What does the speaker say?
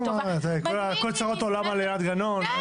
מדהים --- כל צרות העולם על עינת גנון?